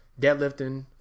deadlifting